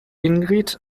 ingrid